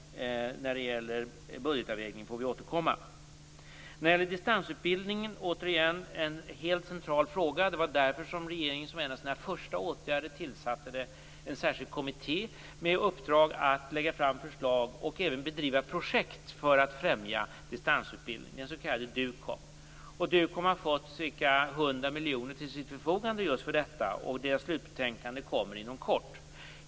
När det gäller budgetavvägning får vi återkomma. Distansutbildningen, återigen, är en helt central fråga. Det var därför regeringen som en av sina första åtgärder tillsatte en särskild kommitté med uppdrag att lägga fram förslag om och även bedriva projekt för att främja distansutbildning, den s.k. DUKOM. DUKOM har fått ca 100 miljoner till sitt förfogande just för detta, och dess slutbetänkande kommer inom kort.